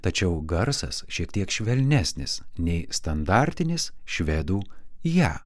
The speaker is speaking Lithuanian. tačiau garsas šiek tiek švelnesnis nei standartinis švedų ją